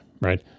right